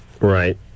Right